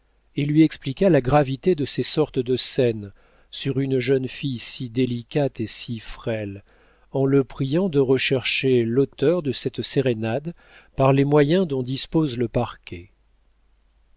et lui expliqua la gravité de ces sortes de scènes sur une jeune fille si délicate et si frêle en le priant de rechercher l'auteur de cette sérénade par les moyens dont dispose le parquet